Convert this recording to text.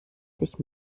sich